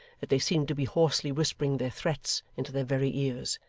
that they seemed to be hoarsely whispering their threats into their very ears.